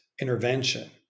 intervention